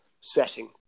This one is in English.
setting